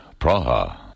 Praha